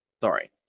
Sorry